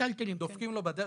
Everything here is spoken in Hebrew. דופקים לו בדלת.